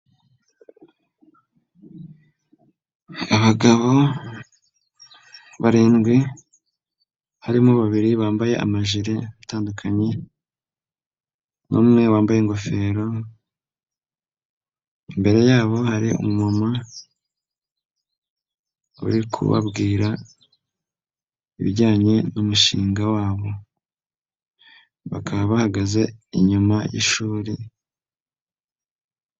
Abagabo barindwi harimo babiri bambaye amajire atandukanye, n'Umwe wambaye ingofero imbere yabo hari umumama uri kubabwira ibijyanye n'umushinga wabo bakaba bahagaze inyuma y'ishuri.